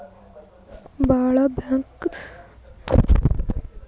ಭಾಳ ಹೆಚ್ಚ black market America ನಾಗ್ ನಡಿತ್ತುದ್ ಅಂತ್ ಹೇಳ್ತಾರ್